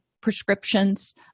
prescriptions